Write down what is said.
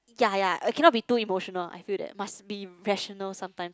ya ya uh cannot be too emotional I feel that must be rational sometimes